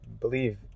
believe